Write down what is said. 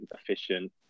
efficient